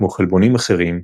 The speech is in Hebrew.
כגון חלבונים אחרים,